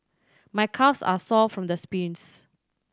my calves are sore from the sprints